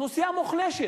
אוכלוסייה מוחלשת,